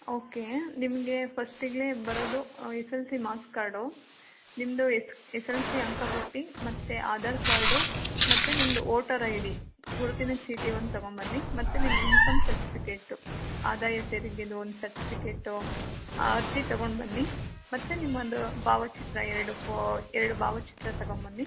okay ನಿಮಗೆ ಫರ್ಸ್ಟಿಗೆ ಬರೋದು S S L C marks card ನಿಮ್ಮದು ಎಸ್ ಎಸ್ ಎಲ್ ಸಿ ಅಂಕಪಟ್ಟಿ ಮತ್ತು ಆಧಾರ್ ಕಾರ್ಡ್ ಮತ್ತು ನಿಮ್ಮದು ವೋಟರ್ ಐ ಡಿ ಗುರುತಿನ ಚೀಟಿ ಒಂದು ತೊಗೋಬನ್ನಿ ಮತ್ತು ನಿಮ್ಮ ಇನ್ಕಮ್ ಸರ್ಟಿಫಿಕೇಟು ಆದಾಯ ತೆರಿಗೆದು ಒಂದು ಸರ್ಟಿಫಿಕೇಟು ಆ ಅರ್ಜಿ ತಗೊಂಡು ಬನ್ನಿ ಮತ್ತು ನಿಮ್ಮೊಂದು ಭಾವಚಿತ್ರ ಎರಡು ಫೋ ಎರಡು ಭಾವಚಿತ್ರ ತೊಗೊಂಬನ್ನಿ